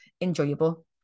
enjoyable